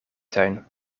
tuin